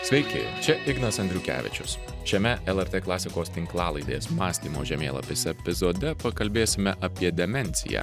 sveiki čia ignas andriukevičius šiame lrt klasikos tinklalaidės mąstymo žemėlapis epizode pakalbėsime apie demenciją